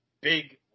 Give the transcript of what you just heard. big